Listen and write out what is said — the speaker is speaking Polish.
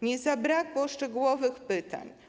Nie zabrakło szczegółowych pytań.